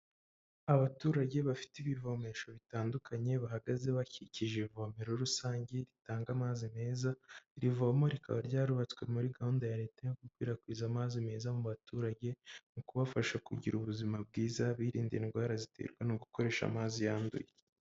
Abaturage bafite ibivomesho bitandukanye bahagaze bakikije ivomero rusange ritanga amazi meza, iri vomo rikaba ryarubatswe muri gahunda ya leta yo gukwirakwiza amazi meza mu baturage, mu kubafasha kugira ubuzima bwiza birinda indwara ziterwa no gukoresha amazi yanduye.